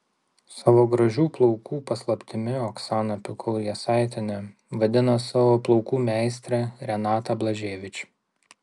savo gražių plaukų paslaptimi oksana pikul jasaitienė vadina savo plaukų meistrę renatą blaževič